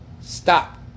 stop